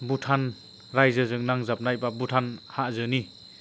भुटान रायजोजों नांजाबनाय बा भुटान हाजोनि